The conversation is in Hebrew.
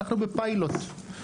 שאנחנו בפיילוט.